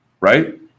Right